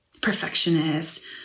perfectionist